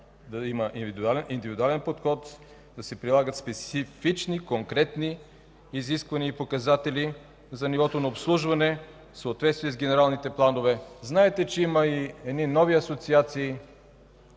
да има индивидуален подход, да се прилагат специфични, конкретни изисквания и показатели за нивото на обслужване в съответствие с генералните планове. Знаете, че има и едни нови асоциации